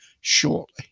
shortly